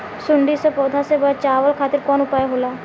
सुंडी से पौधा के बचावल खातिर कौन उपाय होला?